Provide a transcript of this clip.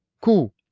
Cool